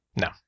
No